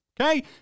Okay